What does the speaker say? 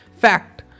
Fact